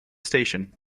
station